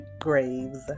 graves